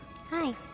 Hi